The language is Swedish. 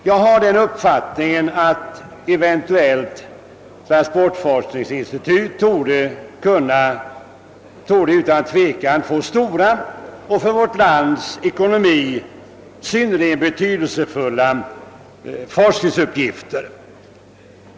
Jag har den uppfattnnigen att ett eventuellt transportforskningsinstitut skulle få stora och för vårt lands ekonomi synnerligen betydelsefulla forskningsuppgifter.